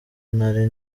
ntari